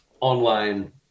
online